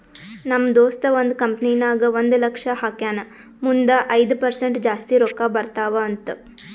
ನಮ್ ದೋಸ್ತ ಒಂದ್ ಕಂಪನಿ ನಾಗ್ ಒಂದ್ ಲಕ್ಷ ಹಾಕ್ಯಾನ್ ಮುಂದ್ ಐಯ್ದ ಪರ್ಸೆಂಟ್ ಜಾಸ್ತಿ ರೊಕ್ಕಾ ಬರ್ತಾವ ಅಂತ್